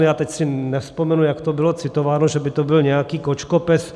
já teď si nevzpomenu, jak to bylo citováno, že by to byl nějaký kočkopes.